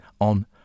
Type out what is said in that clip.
on